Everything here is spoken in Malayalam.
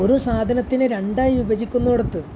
ഒരു സാധനത്തിനെ രണ്ടായി വിഭജിക്കുന്നിടത്ത്